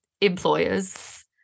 employers